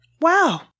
wow